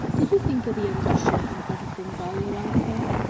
do you think you'll be able to shirk unpleasant things all your life, phil?